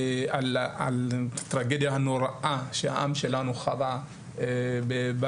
על הטרגדיה הנוראית שהעם שלנו חווה בשואה